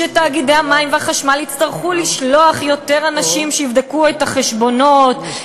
שתאגידי המים והחשמל יצטרכו לשלוח יותר אנשים שיבדקו את החשבונות,